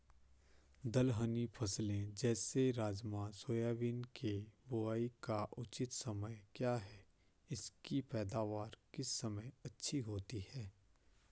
दलहनी फसलें जैसे राजमा सोयाबीन के बुआई का उचित समय क्या है इसकी पैदावार किस समय अच्छी होती है?